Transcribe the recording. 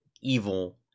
evil